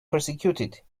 prosecuted